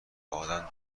آدم